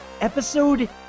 episode